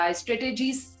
strategies